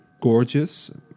gorgeous